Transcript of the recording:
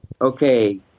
okay